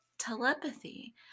Telepathy